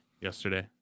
yesterday